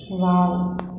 wow